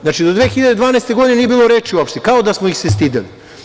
Znači, do 2012. godine nije bilo reči uopšte, kao da smo ih se stideli.